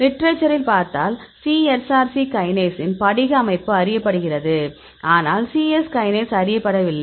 லிட்டரேச்சரில் பார்த்தால் cSRC கைனேஸின் படிக அமைப்பு அறியப்படுகிறது ஆனால் சிஎஸ் கைனேஸ் அறியப்படவில்லை